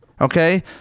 okay